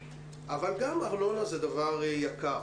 אבל גם ארנונה יכול להיות דבר יקר,